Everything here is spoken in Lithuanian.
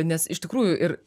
nes iš tikrųjų ir